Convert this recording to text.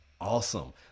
Awesome